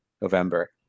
November